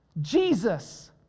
Jesus